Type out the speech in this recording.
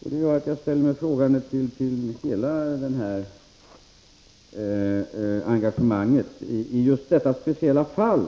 Det gör att jag ställer mig frågande till hela det engagemang som Nic Grönvall har i just detta speciella fall.